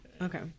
Okay